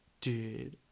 dude